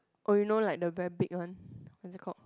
or you know like the very big one what's it call